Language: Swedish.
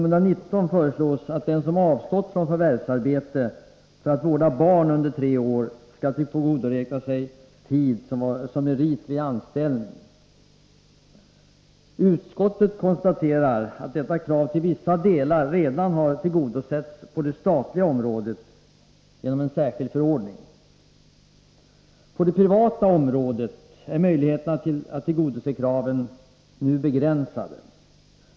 Utskottet konstaterar att på det statliga området detta krav till vissa delar redan är tillgodosett genom en särskild förordning. På det privata området är möjligheterna att tillgodose kravet nu begränsade.